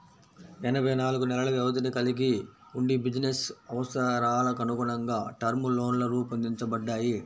ఎనభై నాలుగు నెలల వ్యవధిని కలిగి వుండి బిజినెస్ అవసరాలకనుగుణంగా టర్మ్ లోన్లు రూపొందించబడ్డాయి